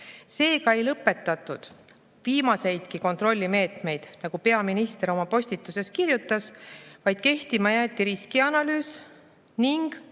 Seega ei lõpetatudki viimaseid kontrollimeetmeid, nagu peaminister oma postituses kirjutas, vaid kehtima jäeti riskianalüüs ning